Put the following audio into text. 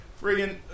friggin